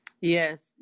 Yes